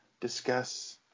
discuss